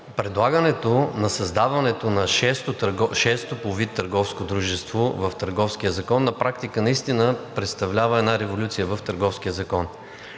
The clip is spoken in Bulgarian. Предлагането на създаването на шесто по вид търговско дружество в Търговския закон на практика наистина представлява една революция в Търговския закон.